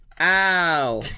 Ow